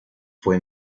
fue